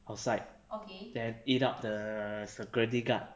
outside then eat up the security guard